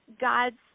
God's